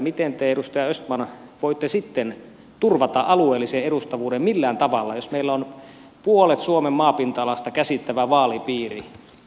miten te edustaja östman voitte sitten turvata alueellisen edustavuuden millään tavalla jos meillä on puolet suomen maapinta alasta käsittävä vaalipiiri